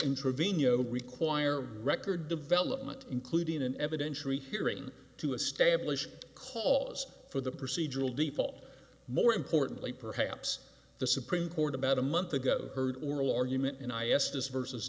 intervene you know require record development including an evidentiary hearing to establish cause for the procedural default more importantly perhaps the supreme court about a month ago heard oral argument and i asked as versus